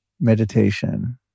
meditation